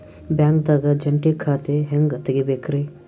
ಬ್ಯಾಂಕ್ದಾಗ ಜಂಟಿ ಖಾತೆ ಹೆಂಗ್ ತಗಿಬೇಕ್ರಿ?